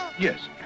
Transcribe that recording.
Yes